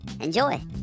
Enjoy